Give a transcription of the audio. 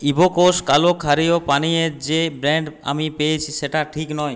Evocus কালো ক্ষারীয় পানীয়ের যে ব্র্যান্ড আমি পেয়েছি সেটা ঠিক নয়